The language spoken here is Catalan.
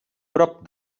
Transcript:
prop